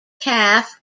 calf